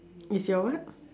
is your what